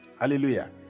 Hallelujah